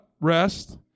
Rest